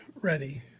ready